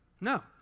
No